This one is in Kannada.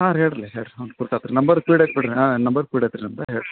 ಹಾಂ ರೀ ಹೇಳ್ರಲೇ ಹೇಳಿ ರೀ ಹ್ಞೂ ರೀ ಗುರ್ತಾತು ರೀ ನಂಬರ್ ಫೀಡ್ ಐತೆ ಬಿಡಿರಿ ಹಾಂ ನಂಬರ್ ಫೀಡ್ ಐತೆ ರಿ ನಿಮ್ದು ಹಾಂ ಹೇಳಿ ರೀ